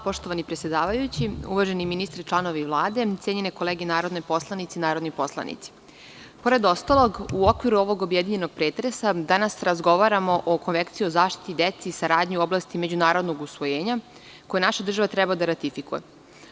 Poštovani predsedavajući, uvaženi ministre, članovi Vlade, cenjene kolege narodne poslanice, narodni poslanici, pored ostalog u okviru ovog objedinjenog pretresa danas razgovaramo o Konvenciji o zaštiti dece i saradnji u oblasti međunarodnog usvojenja, koje naša država treba da ratifikuje.